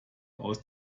aus